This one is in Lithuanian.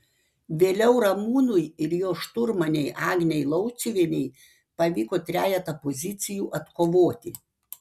vėliau ramūnui ir jo šturmanei agnei lauciuvienei pavyko trejetą pozicijų atkovoti